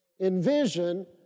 Envision